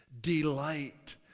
Delight